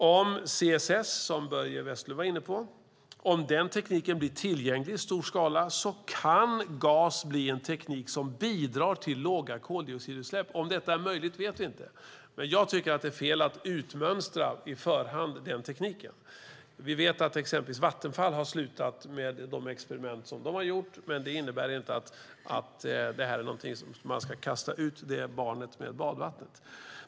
Om tekniken CCS, som Börje Vestlund var inne på, blir tillgänglig i stor skala kan gas bli en teknik som bidrar till låga koldioxidutsläpp. Om detta är möjligt vet vi inte, men jag tycker att det är fel att på förhand utmönstra den tekniken. Vi vet att exempelvis Vattenfall har slutat med de experiment de har gjort, men det innebär inte att man ska kasta ut barnet med badvattnet.